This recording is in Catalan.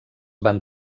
van